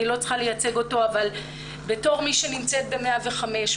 אני לא צריכה לייצג אותו כמו שנמצאת ב-105,